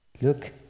Look